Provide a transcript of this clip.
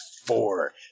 four